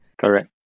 Correct